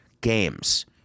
games